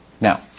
Now